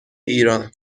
ایران